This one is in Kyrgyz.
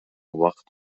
убакыт